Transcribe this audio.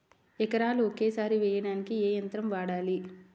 ఎకరాలు ఒకేసారి వేయడానికి ఏ యంత్రం వాడాలి?